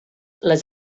les